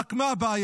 רק מה הבעיה?